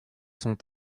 sont